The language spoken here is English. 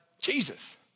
Jesus